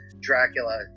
dracula